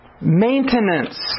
Maintenance